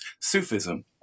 Sufism